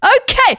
Okay